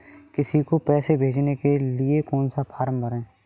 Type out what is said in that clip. किसी को पैसे भेजने के लिए कौन सा फॉर्म भरें?